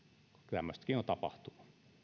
tämmöistäkin on tapahtunut